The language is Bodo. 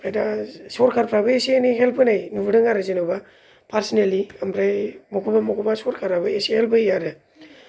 ओफाय दा सरकारफ्राबो एसे एनै हेल्प होनाय नुदों आरो जेन'बा फार्सेनेलि ओमफ्राय माखौबा माखौबा सरकारा बो एसे हेल्प होयो आरो